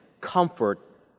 comfort